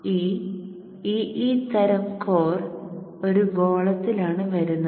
ഈ E E തരം core ഒരു ഗോളത്തിലാണ് വരുന്നത്